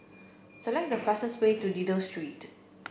select the fastest way to Dido Street